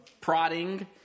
prodding